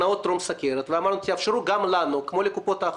האנשים לביטוח המשלים כדי לקבל את השירות.